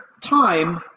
time